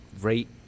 rate